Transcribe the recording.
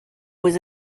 was